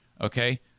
Okay